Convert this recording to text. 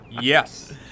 Yes